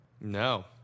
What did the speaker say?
No